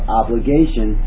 obligation